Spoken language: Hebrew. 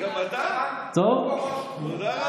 לנשום מותר לנו?